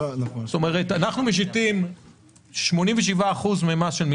87%. כלומר אנחנו משיתים 87% ממס של 1.5